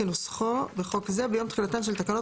כנוסחו בחוק זה ביום תחילתן של תקנות